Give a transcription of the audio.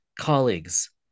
colleagues